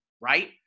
right